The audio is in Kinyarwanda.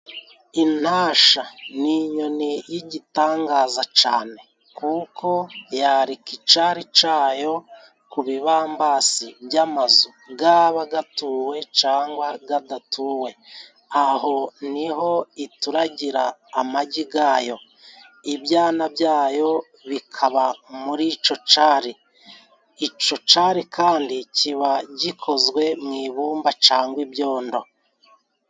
Intasha ni inyoni y'igitangaza cane. Kuko yarika icari cayo kukibambasi by'amazu gaba gatuwe cangwa gadatatuwe. Aho ni ho ituragira amagi gayo. Ibyana byayo bikaba muri ico cari. Ico cari kandi kiba gikozwe mu ibumba cangwa ibyondo.